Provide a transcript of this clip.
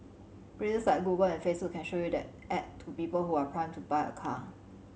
places like Google and Facebook can show you that ad to people who are primed to buy a car